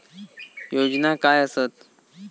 योजना काय आसत?